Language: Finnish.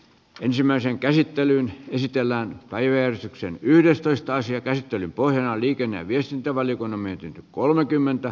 ensimmäisen käsittely esitellään päiväys on yhdestoista asian käsittelyn pohjana on liikenne ja viestintävaliokunnan mietintö